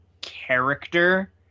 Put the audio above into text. character